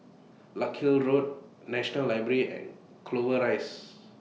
Larkhill Road National Library and Clover Rise